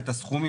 את הסכומים,